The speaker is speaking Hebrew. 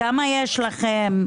כמה יש לכם?